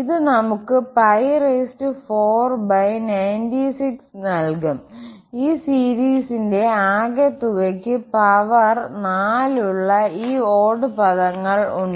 ഇത് നമുക്ക് 496നൽകും ഈ സീരീസിന്റെ ആകെത്തുകയ്ക്ക് പവർ 4 ഉള്ള ഈ ഓഡ്ഡ് പദങ്ങൾ ഉണ്ട്